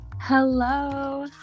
hello